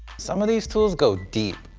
some of these tools go deep.